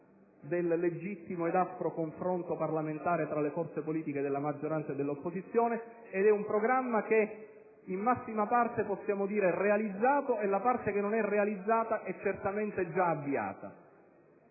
del legittimo ed aspro confronto parlamentare tra le forze politiche della maggioranza e dell'opposizione. È un programma che, in massima parte, possiamo dire realizzato: e la parte che non è stata ancora realizzata è certamente già avviata.